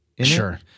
sure